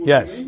Yes